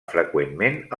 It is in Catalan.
freqüentment